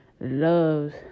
loves